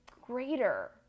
greater